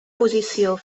posició